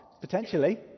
potentially